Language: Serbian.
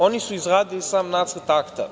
Oni su izradili sam Nacrt Akta.